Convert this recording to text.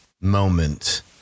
moment